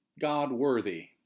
God-worthy